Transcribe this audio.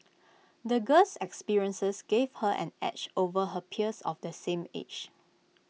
the girl's experiences gave her an edge over her peers of the same age